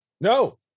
No